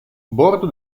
bordo